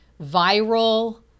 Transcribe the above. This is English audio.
viral